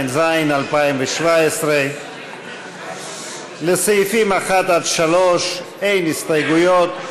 התשע"ז 2017. לסעיפים 1 3 אין הסתייגויות.